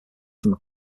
from